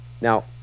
Now